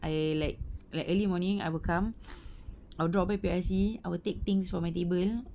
I like like early morning I will come I will drop by P_I_C I will take things from my table